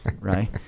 right